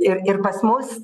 ir ir pas mus